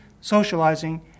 socializing